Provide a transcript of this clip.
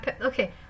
okay